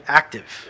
active